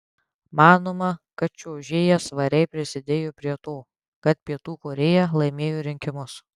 manoma kad čiuožėja svariai prisidėjo prie to kad pietų korėja laimėjo rinkimus